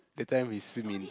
that time with Si-min